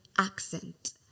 accent